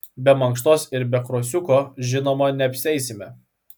be mankštos ir be krosiuko žinoma neapsieisime